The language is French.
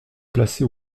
placé